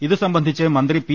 ഇതു സംബന്ധിച്ച് മന്ത്രി പ്പി